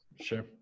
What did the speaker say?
Sure